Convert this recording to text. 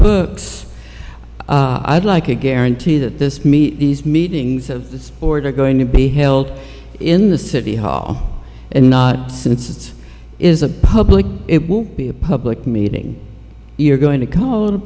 books i'd like a guarantee that this meet these meetings of the order going to be held in the city hall and not since it's is a public it will be a public meeting you're going to call